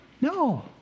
No